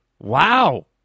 Wow